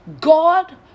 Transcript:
God